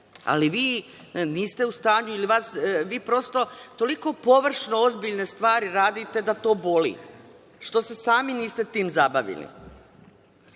ali vi niste u stanju ili prosto toliko površno ozbiljne stvari radite da to boli. Što se sami niste time zabavili? Godine